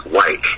White